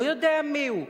לא יודע מי הוא,